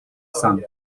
son